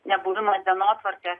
nebuvimas dienotvarkės